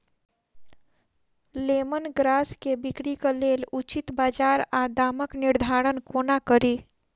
Lemon grass केँ बिक्रीक लेल उचित बजार आ दामक निर्धारण कोना कड़ी?